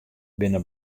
binne